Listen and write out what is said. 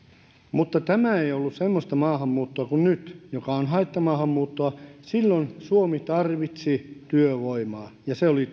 mutta tämä ei ollut semmoista maahanmuuttoa kuin nyt joka on haittamaahanmuuttoa silloin suomi tarvitsi työvoimaa ja se oli